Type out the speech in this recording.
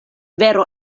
vero